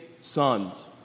sons